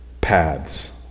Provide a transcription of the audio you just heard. paths